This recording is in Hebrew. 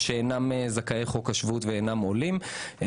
ושאינם זכאי חוק השבות ואינם עולים.